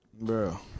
Bro